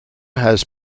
has